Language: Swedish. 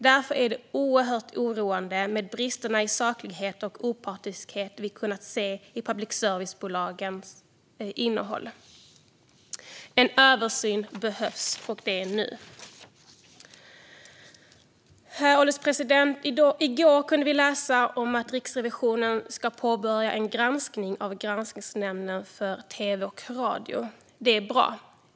Därför är det oerhört oroande med de brister i saklighet och opartiskhet som vi kunnat se i public service-bolagens innehåll. En översyn behövs, och det nu. Herr ålderspresident! I går kunde vi läsa om att Riksrevisionen ska påbörja en granskning av granskningsnämnden för radio och tv. Det är bra.